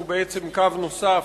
שהוא בעצם קו נוסף,